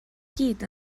gyd